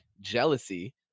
jealousy